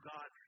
God